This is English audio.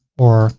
or